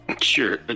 Sure